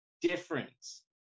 Difference